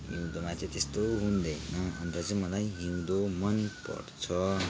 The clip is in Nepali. हिउँदोमा चाहिँ त्यस्तो हुँदैन अन्त चाहिँ मलाई हिउँदो मनपर्छ